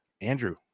Andrew